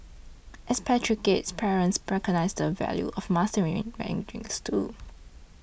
expatriate parents recognise the value of mastering Mandarin too